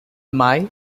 mai